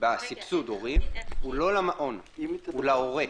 בסבסוד הורי, הוא לא למעון, הוא להורה.